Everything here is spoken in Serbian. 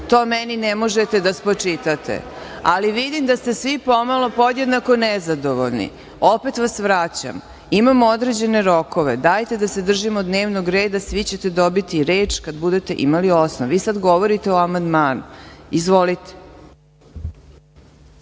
To meni ne možete da spočitate. Ali, vidim da ste svi pomalo podjednako nezadovoljni, opet vas, vraćam, imam određene rokove, dajte da se držimo dnevnog reda i svi ćete dobiti reč kada budete imali osnov. Vi sada govorite o amandmanu , izvolite.